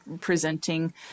presenting